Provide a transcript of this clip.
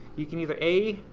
you can either, a,